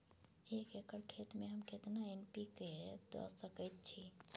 एक एकर खेत में हम केतना एन.पी.के द सकेत छी?